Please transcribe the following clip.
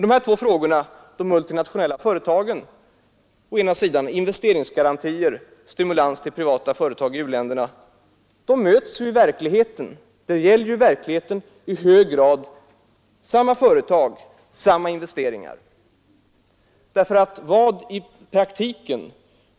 Dessa två frågor, de multinationella företagen å ena sidan och investeringsgarantier och stimulans till privata företag i u-länderna å andra sidan, möts ju i verkligheten. Det är ju i hög grad fråga om samma företag och samma investeringar.